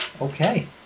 Okay